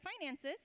finances